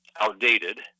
outdated